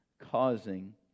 Causing